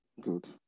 Good